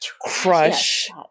crush